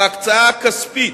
בהקצאה הכספית,